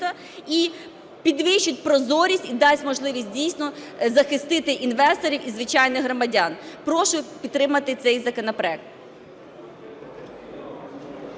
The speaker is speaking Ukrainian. і підвищить прозорість, і дасть можливість дійсно захистити інвесторів і звичайних громадян. Прошу підтримати цей законопроект.